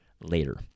later